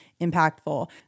impactful